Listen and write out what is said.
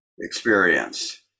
experience